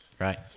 Right